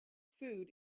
food